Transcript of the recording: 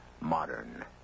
modern